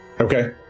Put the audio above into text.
Okay